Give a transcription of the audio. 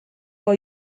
for